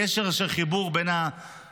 גשר של חיבור בין ה"חברות",